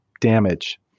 damage